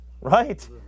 right